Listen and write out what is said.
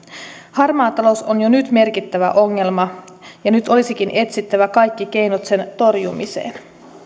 harmaa talous on jo nyt merkittävä ongelma ja nyt olisikin etsittävä kaikki keinot sen torjumiseen